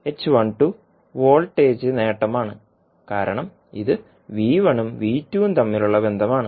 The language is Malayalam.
വോൾട്ടേജ് നേട്ടമാണ് കാരണം ഇത് ഉം ഉം തമ്മിലുള്ള ബന്ധമാണ്